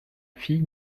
fille